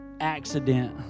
accident